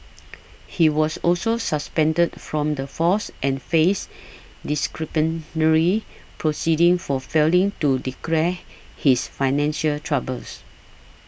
he was also suspended from the force and faced disciplinary proceedings for failing to declare his financial troubles